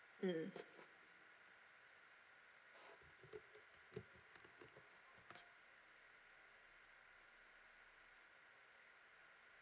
mm